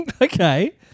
Okay